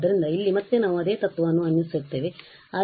ಆದ್ದರಿಂದ ಇಲ್ಲಿ ಮತ್ತೆ ನಾವು ಅದೇ ತತ್ವವನ್ನು ಅನ್ವಯಿಸುತ್ತೇವೆ